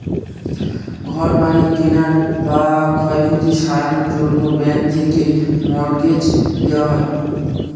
ঘর বাড়ি কেনার বা ক্ষয়ক্ষতি সারানোর জন্যে ব্যাঙ্ক থেকে মর্টগেজ দেওয়া হয়